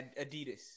Adidas